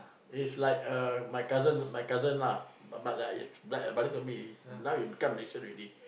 if like uh my cousin my cousin lah but but like like brother to me now he become Malaysian already